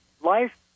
Life